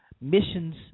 missions